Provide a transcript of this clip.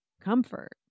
comfort